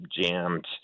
jammed